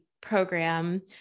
program